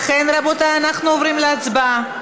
לכן, רבותי, אנחנו עוברים להצבעה.